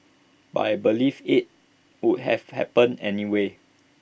but I believe IT would have happened anyway